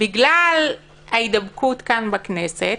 בגלל ההידבקות כאן בכנסת